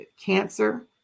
cancer